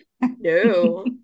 No